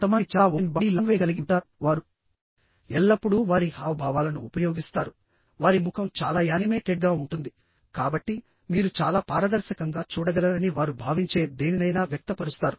కొంతమంది చాలా open body language కలిగి ఉంటారు వారు ఎల్లప్పుడూ వారి హావభావాలను ఉపయోగిస్తారు వారి ముఖం చాలా యానిమేటెడ్గా ఉంటుంది కాబట్టి మీరు చాలా పారదర్శకంగా చూడగలరని వారు భావించే దేనినైనా వ్యక్తపరుస్తారు